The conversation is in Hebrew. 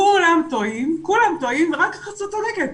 כולם טועים ורק החסות צודקת?